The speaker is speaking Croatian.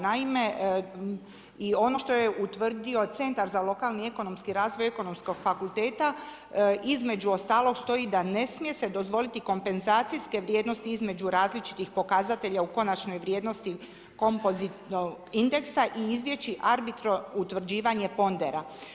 Naime, i ono što je utvrdio Centar za lokalni i ekonomski razvoj ekonomskog fakulteta između ostalo stoji da ne smije se dozvoliti kompenzacijske vrijednosti između različitih pokazatelja u konačnoj vrijednosti kompozitnog indeksa i izbjeći arbitro utvrđivanje pondera.